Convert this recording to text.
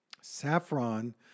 saffron